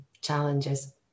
challenges